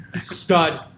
stud